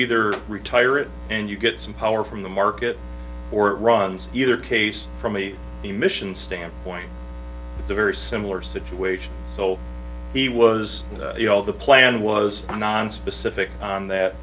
either retire it and you get some power from the market or it runs either case for me emission standpoint it's a very similar situation so he was you know all the plan was nonspecific on that